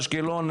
אשקלון,